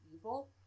evil